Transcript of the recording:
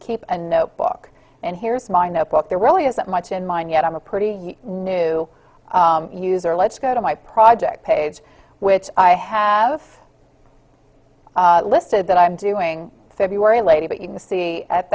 keep a notebook and here's my notebook there really isn't much in mine yet i'm a pretty new user let's go to my project page which i have listed that i'm doing february lady but you can see at